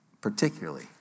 Particularly